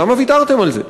למה ויתרתם על זה?